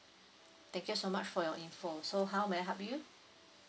thank you so much for your info so how may I help you